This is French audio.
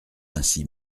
ainsi